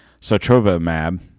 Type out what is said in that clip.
sotrovimab